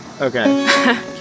Okay